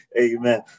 Amen